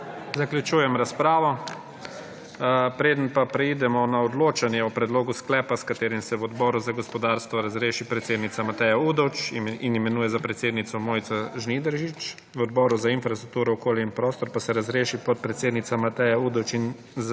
Zaključujem razpravo. Preden pa preidemo na odločanje o predlogu sklepa, s katerim se v Odboru za gospodarstvo razreši predsednica Mateja Udovč in imenuje za predsednico Mojca Žnidaršič, v Odboru za infrastrukturo, okolje in prostor pa se razreši podpredsednica Mateja Udovč in